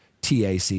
TAC